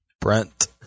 Brent